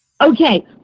okay